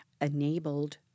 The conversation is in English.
enabled